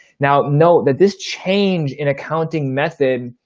now note that this change in accounting method,